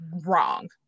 Wrong